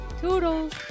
toodles